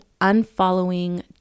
unfollowing